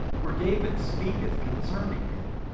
for david speaketh concerning him,